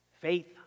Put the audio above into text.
faith